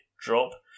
drop